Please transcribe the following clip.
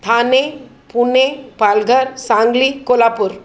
Thane Pune Palghar Sangli Kolhapur